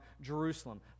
Jerusalem